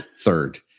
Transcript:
third